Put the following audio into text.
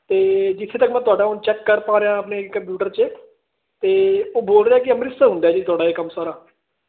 ਤੇ ਜਿੱਥੇ ਤੱਕ ਮੈਂ ਤੁਹਾਡਾ ਹੁਣ ਚੈੱਕ ਕਰ ਪਾ ਰਿਹਾ ਆਪਣੇ ਕੰਪਿਊਟਰ 'ਚ ਤੇ ਉਹ ਬੋਲ ਰਿਹਾ ਕਿ ਅੰਮ੍ਰਿਤਸਰ ਹੁੰਦਾ ਜੀ ਤੁਹਾਡਾ ਇਹ ਕੰਮ ਸਾਰਾ